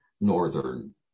northern